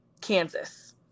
Kansas